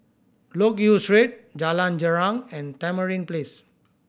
Loke Yew Street Jalan Girang and Tamarind Place